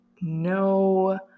no